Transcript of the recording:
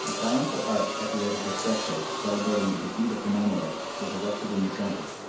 triumphal arch decorated with frescoes celebrating the defeat of the mamaluks, was erected in the centre,